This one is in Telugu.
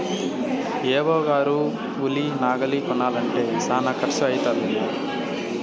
ఏ.ఓ గారు ఉలి నాగలి కొనాలంటే శానా కర్సు అయితదేమో